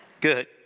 Good